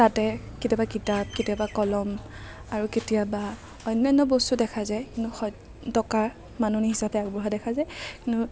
তাতে কেতিয়াবা কিতাপ কেতিয়াবা কলম আৰু কেতিয়াবা অন্য়ান্য় বস্তু দেখা যায় কিন্তু টকা মাননি হিচাপে আগবঢ়োৱা দেখা যায়